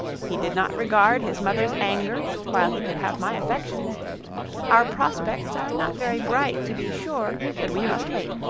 he did not regard his mother's anger, while he could have my affections our prospects are not very bright, to be sure, but we must wait,